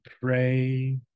Pray